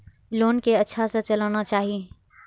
Loan के अच्छा से चलाना चाहि?